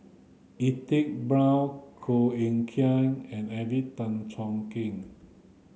Edwin Brown Koh Eng Kian and Alvin Tan Cheong Kheng